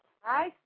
Hi